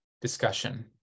discussion